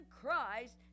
Christ